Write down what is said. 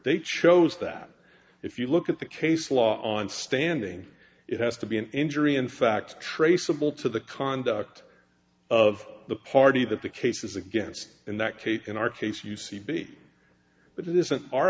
they chose that if you look at the case law on standing it has to be an injury in fact traceable to the conduct of the party that the case is against in that case in our case u c b but it isn't our